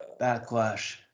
Backlash